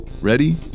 Ready